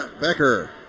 Becker